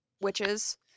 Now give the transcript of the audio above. witches